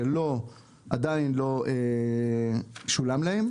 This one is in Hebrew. שעדיין לא שולם להם.